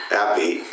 happy